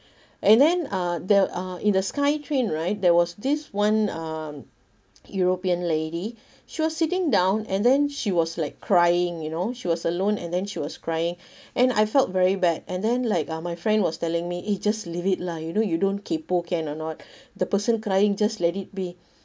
and then uh there uh in the sky train right there was this one uh european lady she was sitting down and then she was like crying you know she was alone and then she was crying and I felt very bad and then like uh my friend was telling me eh just leave it lah you know you don't kaypoh can or not the person crying just let it be